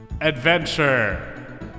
adventure